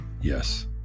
yes